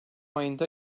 ayında